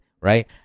right